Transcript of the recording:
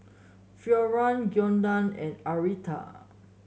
Florian Giana and Arletta